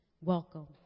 Welcome